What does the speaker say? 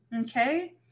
okay